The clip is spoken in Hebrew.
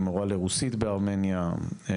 מורה לרוסית בארמניה,